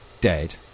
Dead